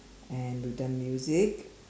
and we've done music